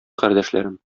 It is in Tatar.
кардәшләрем